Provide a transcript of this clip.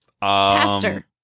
Pastor